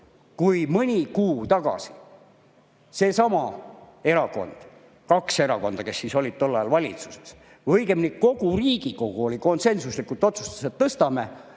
Kui mõni kuu tagasi seesama erakond – kaks erakonda, kes olid tol ajal valitsuses –, õigemini, kogu Riigikogu konsensuslikult otsustas, et tõstame,